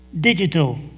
digital